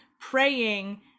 praying